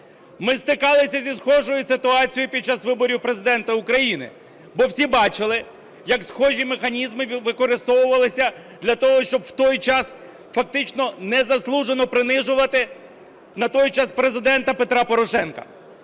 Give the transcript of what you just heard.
Ми стикалися зі схожою ситуацією під час виборів Президента України. Бо всі бачили, як схожі механізми використовувалися для того, щоб в той час фактично незаслужено принижувати на той час Президента Петра Порошенка.